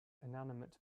inanimate